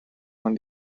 when